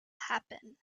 happen